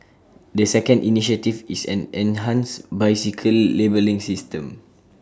the second initiative is an enhanced bicycle labelling system